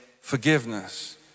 forgiveness